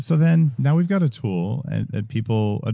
so then now we've got a tool that people. ah